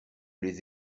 les